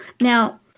Now